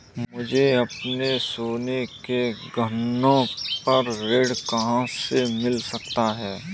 मुझे अपने सोने के गहनों पर ऋण कहाँ से मिल सकता है?